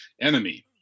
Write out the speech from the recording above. enemy